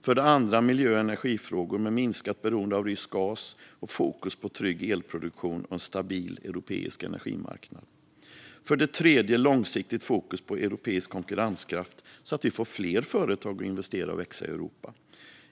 För det andra handlar det om miljö och energifrågor, med minskat beroende av rysk gas och fokus på trygg elproduktion och en stabil europeisk energimarknad. För det tredje handlar det om långsiktigt fokus på europeisk konkurrenskraft, så att vi får fler företag att investera och växa i Europa.